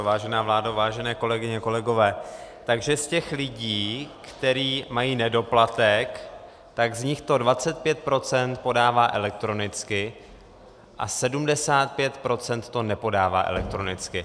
Vážená vládo, vážené kolegyně, kolegové, takže z těch lidí, kteří mají nedoplatek, tak z nich to 25 % podává elektronicky a 75 % to nepodává elektronicky.